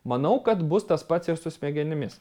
manau kad bus tas pats ir su smegenimis